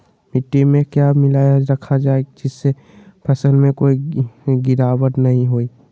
मिट्टी में क्या मिलाया रखा जाए जिससे फसल में कोई गिरावट नहीं होई?